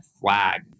flag